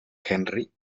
henry